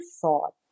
thought